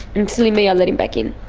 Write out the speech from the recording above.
and silly me, i let him back in.